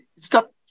Stop